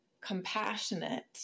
compassionate